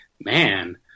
man